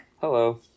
Hello